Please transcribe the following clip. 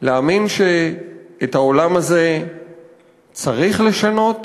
להאמין שאת העולם הזה צריך לשנות